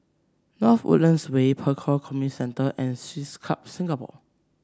North Woodlands Way Pek Kio Community Centre and Swiss Club Singapore